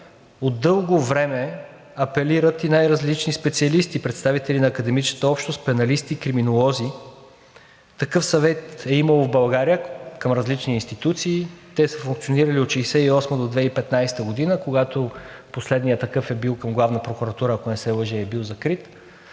от дълго време апелират и най-различни специалисти – представители на академичната общност, пеналисти, криминолози. Такъв съвет е имало в България към различни институции. Те са функционирали от 1968-а до 2015 г., когато последният такъв е бил към Главна прокуратура, ако не се лъжа, и е бил закрит,